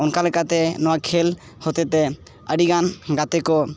ᱚᱱᱠᱟ ᱞᱮᱠᱟᱛᱮ ᱱᱚᱣᱟ ᱠᱷᱮᱹᱞ ᱦᱚᱛᱮᱛᱮ ᱟᱹᱰᱤᱜᱟᱱ ᱜᱟᱛᱮ ᱠᱚ